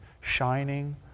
shining